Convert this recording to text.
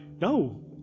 no